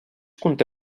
conté